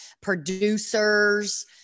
producers